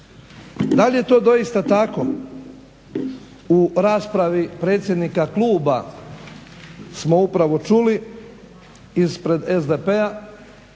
Da li je to doista tako? U raspravi predsjednika kluba smo upravo čuli ispred SDP-a